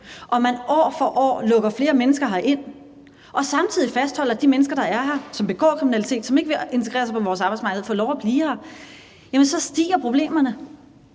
og man år for år lukker flere mennesker herind og samtidig fastholder, at de mennesker, der er her, som begår kriminalitet, og som ikke vil integrere sig på vores arbejdsmarked, får lov at blive her, jamen så vokser problemerne.